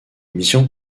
mission